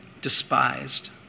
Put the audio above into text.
despised